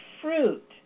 fruit